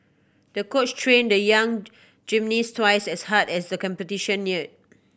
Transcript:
the coach trained the young gymnast twice as hard as the competition neared